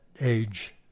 age